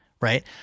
right